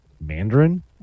Mandarin